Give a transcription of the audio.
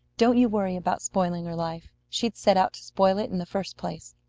don't you worry about spoiling her life. she'd set out to spoil it in the first place,